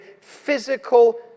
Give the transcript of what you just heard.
physical